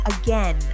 again